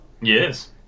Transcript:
yes